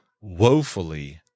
woefully